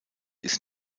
ist